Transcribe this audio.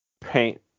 paint